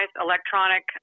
electronic